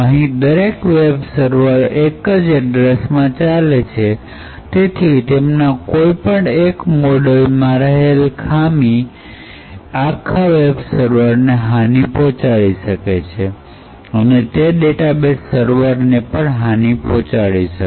અહીં દરેક web server એક જ એડ્રેસ માં ચાલે છે તેથી તેમના કોઈપણ એક મોડલ માં રહેલ એક ખામી આખા વેબ સર્વરને હાનિ પહોંચાડી શકે અને તે ડેટાબેઝ સર્વેર પણ હાનિ પહોંચાડી શકે